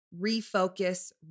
refocus